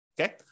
okay